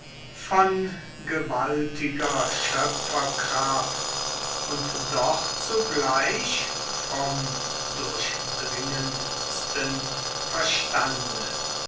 von gewaltiger schöpferkraft und doch zugleich vom durchdringendsten verstande